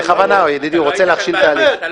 בכוונה, ידי, הוא רוצה להכשיל את ההליך.